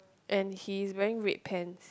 and he is wearing red pants